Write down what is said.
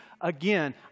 again